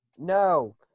no